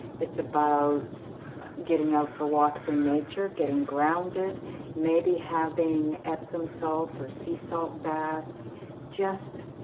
it's about getting out for walks in nature getting grounded maybe having epsom salt or sea salt baths just